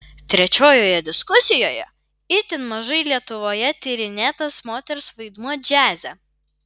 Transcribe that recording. trečiojoje diskusijoje itin mažai lietuvoje tyrinėtas moters vaidmuo džiaze